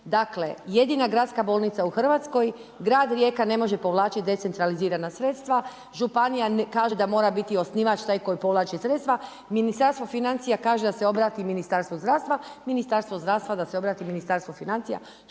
Dakle, jedina gradska bolnica u Hrvatskoj. Grad Rijeka ne može povlačiti decentralizirana sredstva, županija kaže da mora biti osnivač taj koji povlači sredstva, Ministarstvo financija kaže da se obrati Ministarstvu zdravstva, Ministarstvo zdravstva da se obrati Ministarstvu financija.